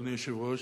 אדוני היושב-ראש,